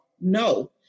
no